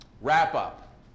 wrap-up